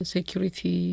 Security